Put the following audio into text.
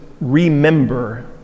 remember